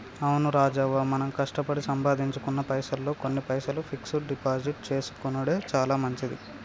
అవును రాజవ్వ మనం కష్టపడి సంపాదించుకున్న పైసల్లో కొన్ని పైసలు ఫిక్స్ డిపాజిట్ చేసుకొనెడు చాలా మంచిది